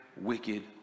wicked